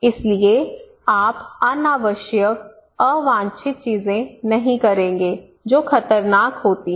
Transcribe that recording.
इसलिए आप अनावश्यक अवांछित चीजें नहीं करेंगे जो खतरनाक होती हैं